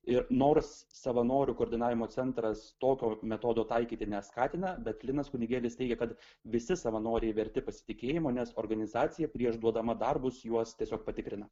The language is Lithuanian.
ir nors savanorių koordinavimo centras tokio metodo taikyti neskatina bet linas kunigėlis teigia kad visi savanoriai verti pasitikėjimo nes organizacija prieš duodama darbus juos tiesiog patikrina